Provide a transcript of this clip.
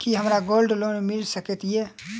की हमरा gold loan मिल सकैत ये?